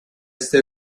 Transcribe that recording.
este